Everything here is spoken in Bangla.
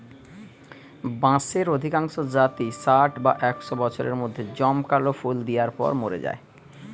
বাঁশের অধিকাংশ জাতই ষাট বা একশ বছরের মধ্যে জমকালো ফুল দিয়ার পর মোরে যায়